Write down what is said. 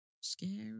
Scary